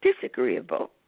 disagreeable